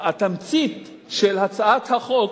שהתמצית של הצעת החוק